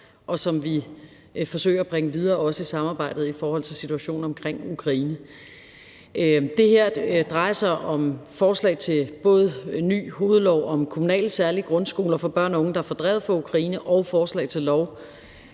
og dem vil vi forsøge at bringe videre, også samarbejdet i forhold til situationen omkring Ukraine. Det her drejer sig om forslag til både ny hovedlov om kommunale særlige grundskoler for børn og unge, der er fordrevet fra Ukraine, og forslag til lov